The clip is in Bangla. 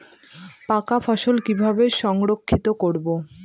পাকা ফসল কিভাবে সংরক্ষিত করব?